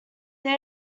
they